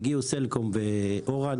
הגיעו סלקום ואורנג',